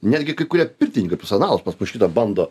netgi kai kurie pirtininkai profesionalūs pas mus šitą bando